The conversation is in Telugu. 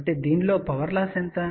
కాబట్టి దీనిలో పవర్ లాస్ ఎంత